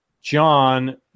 John